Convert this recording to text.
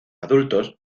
adultos